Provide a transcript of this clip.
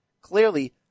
Clearly